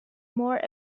more